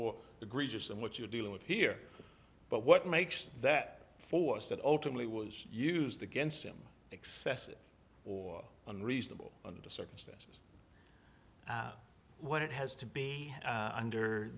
more egregious than what you're dealing with here but what makes that force that ultimately was used against him excessive or unreasonable under the circumstances what it has to be under